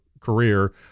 career